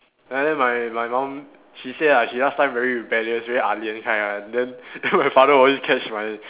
and then my my mum she say ah she last time very rebellious very ah-lian kind one then then my father always catch my